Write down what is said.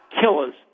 killers